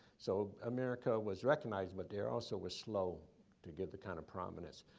so america was recognized, but there also was slow to get the kind of prominence.